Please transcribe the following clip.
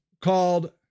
called